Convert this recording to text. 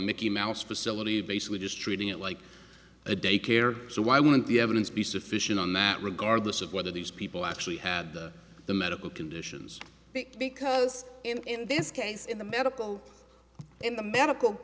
mickey mouse facility basically just treating it like a day care so why wouldn't the evidence be sufficient on that regardless of whether these people actually had the medical conditions because in this case in the medical in the medical